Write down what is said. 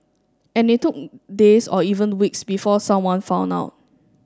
and it took days or even weeks before someone found out